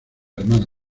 hermana